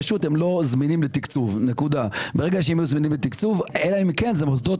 פשוט הם לא זמינים לתקצוב - אלא אם כן זה מוסדות